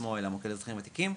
עצמו אל המוקד לאזרחים ותיקים,